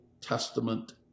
Testament